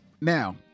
Now